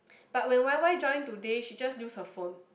but when Y Y join today she just use her phone